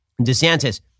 DeSantis